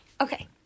Okay